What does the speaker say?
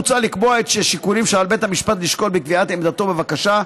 מוצע לקבוע את השיקולים שעל בית המשפט לשקול בקביעת עמדתו בבקשה,